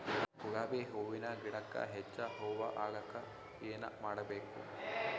ಗುಲಾಬಿ ಹೂವಿನ ಗಿಡಕ್ಕ ಹೆಚ್ಚ ಹೂವಾ ಆಲಕ ಏನ ಮಾಡಬೇಕು?